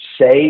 say